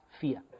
fear